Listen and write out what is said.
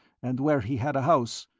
and where he had a house.